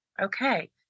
okay